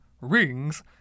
rings